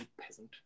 peasant